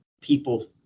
people